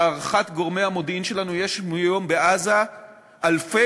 להערכת גורמי המודיעין שלנו יש היום בעזה אלפי,